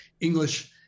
English